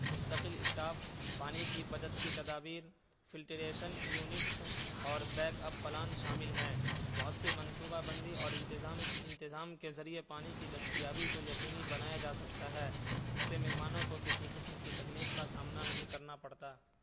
مستقل اسٹاف پانی کی بچت کی تدابیر فلٹریشن یونٹس اور بیک اپ پلان شامل ہیں مؤثر منصوبہ بندی اور انتظام انتظام کے ذریعے پانی کی دستیابی کو یقینی بنایا جا سکتا ہے جس سے مہمانوں کو کسی قسم کی تکلیف کا سامنا نہیں کرنا پڑتا